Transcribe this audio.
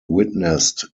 witnessed